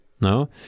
No